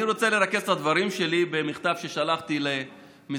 אני רוצה לרכז את הדברים שלי במכתב ששלחתי למשרד